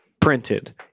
printed